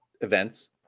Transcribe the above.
events